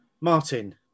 Martin